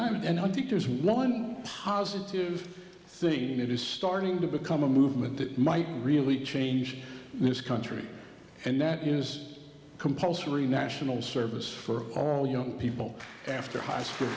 mean and i think there's one positive thing that is starting to become a movement that might really change in this country and that is compulsory national service for our young people after high school